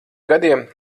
gadiem